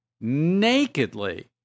nakedly